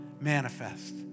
manifest